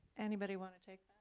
anybody wanna take